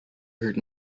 heard